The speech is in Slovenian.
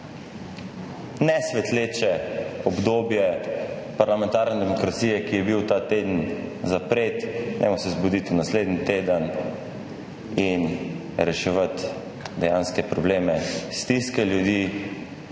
ne svetleče obdobje parlamentarne demokracije, ki je bilo ta teden, zapreti, dajmo se zbuditi v naslednji teden in reševati dejanske probleme, stiske ljudi,